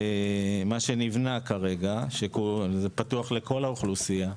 מה שנבנה כרגע שפתוח לכל האוכלוסייה,